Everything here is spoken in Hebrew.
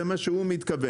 זה מה שהוא מתכוון,